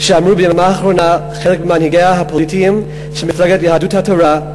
שאמרו ביממה האחרונה חלק ממנהיגיה הפוליטיים של מפלגת יהדות התורה,